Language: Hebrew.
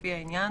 לפי העניין,